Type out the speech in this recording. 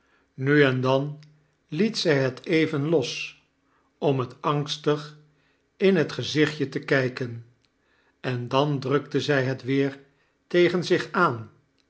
nu en dan liet zij net even los om het angstag in het geizichtje te kijken en dan drukte zij het weer tegen zich aan